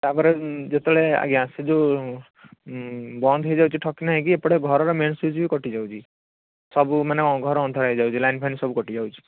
ତା'ପରେ ଯେତେବେଳେ ଆଜ୍ଞା ସେ ଯେଉଁ ବନ୍ଦ ହେଇଯାଉଛି ଠକ୍ କିନା ହେଇକି ଘରର ମେନ୍ ସ୍ଵିଚ୍ ବି କଟିଯାଉଛି ସବୁମାନେ ଘର ଅନ୍ଧାର ହେଇଯାଉଛି ଲାଇନ୍ ଫାଇନ୍ ସବୁ କଟିଯାଉଛି